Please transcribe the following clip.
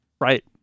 Right